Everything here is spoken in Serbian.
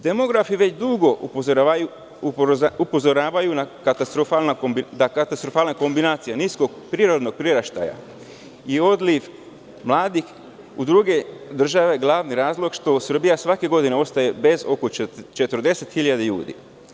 Demografi već dugo upozoravaju na katastrofalne kombinacije, niskog prirodnog priraštaja i odliv mladih u druge države i glavni razlog što Srbija svake godine ostaje bez 40.000 ljudi.